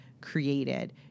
created